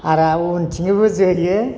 आरो उन्थिंयैबो जोयो